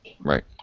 Right